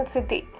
City